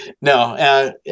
No